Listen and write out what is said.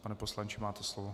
Pane poslanče, máte slovo.